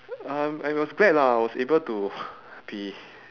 um I was glad lah I was able to be